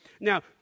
Now